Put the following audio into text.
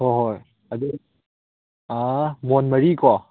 ꯍꯣꯏ ꯍꯣꯏ ꯑꯗꯨ ꯃꯣꯟ ꯃꯔꯤꯀꯣ